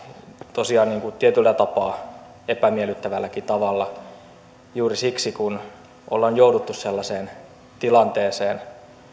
tosiaan tietyllä tapaa epämiellyttävälläkin tavalla juuri siksi kun ollaan jouduttu sellaiseen tilanteeseen